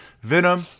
Venom